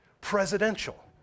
presidential